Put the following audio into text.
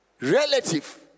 relative